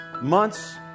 months